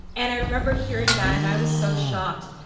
and i remember hearing that, and i was so shocked.